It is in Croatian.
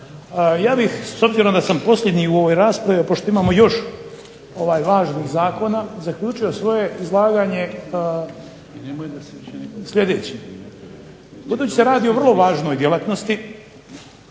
Ja bih s obzirom da sam posljednji u ovoj raspravi, a pošto imamo još važnih zakona zaključio svoje izlaganje sljedeće. Budući se radi o vrlo važnoj djelatnosti